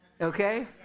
Okay